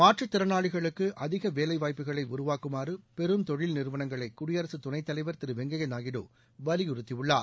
மாற்றுத் திறனாளிகளுக்கு அதிக வேலை வாய்ப்புகளை உருவாக்குமாறு பெரும் தொழில் நிறுவனங்களை குடியரசு துணைத் தலைவர் திரு வெங்கய்ய நாயுடு வலியுறுத்தியுள்ளார்